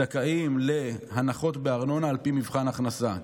גם הן זכאיות להנחות בארנונה על פי מבחן הכנסה,